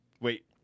wait